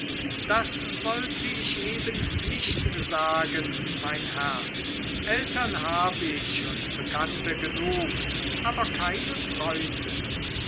das wollte ich eben nicht sagen mein herr eltern hab ich und bekannte genug aber keine freunde